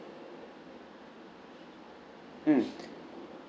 mm